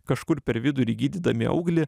kažkur per vidurį gydydami auglį